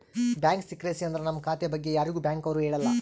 bank secrecy ಅಂದ್ರ ನಮ್ ಖಾತೆ ಬಗ್ಗೆ ಯಾರಿಗೂ ಬ್ಯಾಂಕ್ ಅವ್ರು ಹೇಳಲ್ಲ